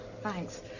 thanks